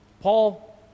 Paul